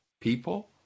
people